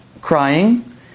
crying